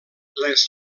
les